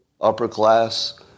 upper-class